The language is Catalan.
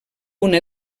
una